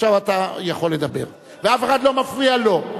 עכשיו אתה יכול לדבר, ואף אחד לא מפריע לו.